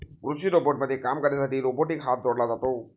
कृषी रोबोटमध्ये काम करण्यासाठी रोबोटिक हात जोडला जातो